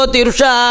Tirusha